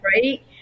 right